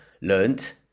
learnt